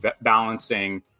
balancing